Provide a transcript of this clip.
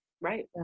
Right